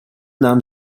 nahm